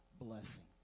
blessing